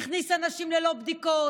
הוא הכניס אנשים ללא בדיקות,